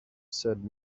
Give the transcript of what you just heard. said